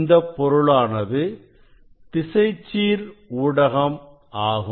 இந்த பொருளானது திசைச்சீர் ஊடகம் ஆகும்